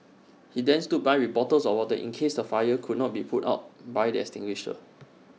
he then stood by with bottles of water in case the fire could not be put out by the extinguisher